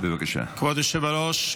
כבוד היושב-ראש,